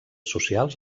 socials